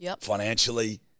Financially